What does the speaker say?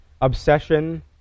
obsession